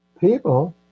people